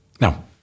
Now